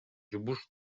жумуш